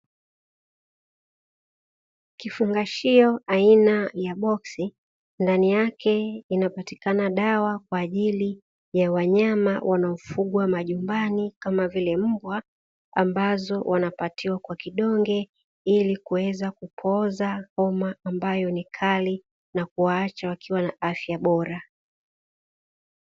Kifungashio aina ya boksi ndani yake inapatikana dawa kwa ajili ya wanyama wanaofugwa majumbani kama vile mbwa ambazo wanapatiwa kwa kidonge ili kuweza kupooza homa ambayo ni kali na kuwaacha wakiwa na afya bora.